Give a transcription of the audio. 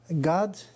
God